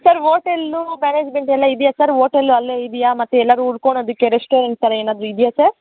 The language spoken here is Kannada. ಸರ್ ಓಟೆಲ್ಲು ಮ್ಯಾನೇಜ್ಮೆಂಟ್ ಎಲ್ಲಇದೆಯಾ ಸರ್ ಓಟೆಲ್ಲು ಅಲ್ಲೇ ಇದೆಯಾ ಮತ್ತು ಎಲ್ಲಾರು ಉಳ್ಕೊಳೋದಿಕ್ಕೆ ರೆಸ್ಟೋರೆಂಟ್ ಥರ ಏನಾದರೂ ಇದೆಯಾ ಸರ್